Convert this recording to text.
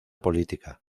política